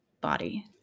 body